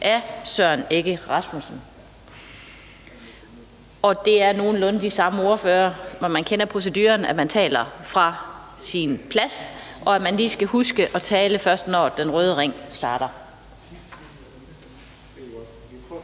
(Annette Lind): Det er nogenlunde de samme ordførere, så man kender proceduren med, at man taler fra sin plads, og at man lige skal huske først at tale, når den røde ring lyser.